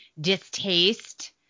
distaste